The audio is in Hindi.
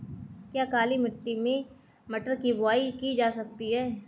क्या काली मिट्टी में मटर की बुआई की जा सकती है?